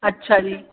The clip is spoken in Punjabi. ਅੱਛਾ ਜੀ